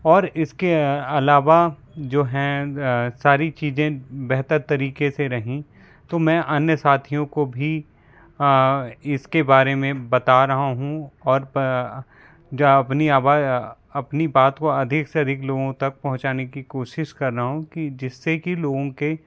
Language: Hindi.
और इसके अलावा जो हैं सारी चीज़ें बेहतर तरीके से रहीं तो मैं अन्य साथियों को भी इसके बारे में बता रहा हूँ और जो अपनी आवाज़ अपनी बात को अधिक से अधिक लोगों तक पहुंचाने की कोशिश कर रहा हूँ कि जिससे कि लोगों के